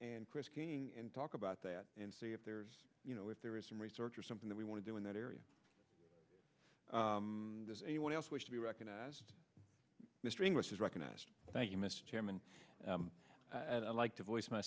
and chris king and talk about that and see if there's you know if there is some research or something that we want to do in that area does anyone else wish to be recognized mr english is recognized thank you mr chairman and i'd like to voice